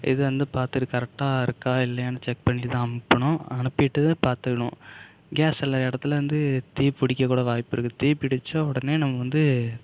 இது வந்து பார்த்துட்டு கரெக்டாக இருக்கா இல்லையான்னு செக் பண்ணி தான் அனுப்பணும் அனுப்பிவிட்டு பாத்துக்கணும் கேஸ் சில இடத்துல வந்து தீ பிடிக்க கூட வாய்ப்பு இருக்கு தீ பிடித்தா உடனே நம்ம வந்து